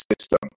system